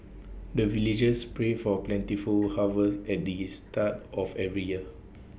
the villagers pray for plentiful harvest at the yes start of every year